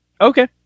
Okay